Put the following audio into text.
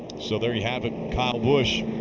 so there you have it, kyle busch,